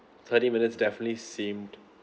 thirty minutes definitely seemed